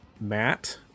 Matt